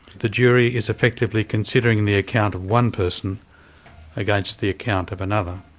the jury is effectively considering the account of one person against the account of another.